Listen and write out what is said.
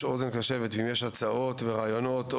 שיש אוזן קשבת להצעות ורעיונות,